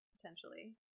potentially